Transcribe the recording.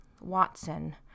Watson